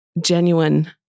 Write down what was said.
genuine